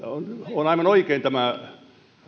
on aivan oikein tämä